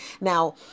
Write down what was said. Now